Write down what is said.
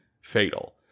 fatal